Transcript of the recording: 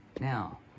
Now